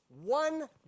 one